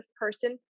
person